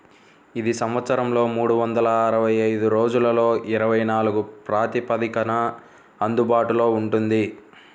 ఇది సంవత్సరంలో మూడు వందల అరవై ఐదు రోజులలో ఇరవై నాలుగు ప్రాతిపదికన అందుబాటులో ఉంటుంది